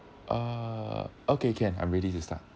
uh okay can I'm ready to start